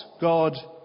God